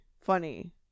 funny